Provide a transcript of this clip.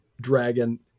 dragon